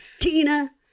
Tina